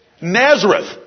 Nazareth